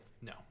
No